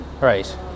Right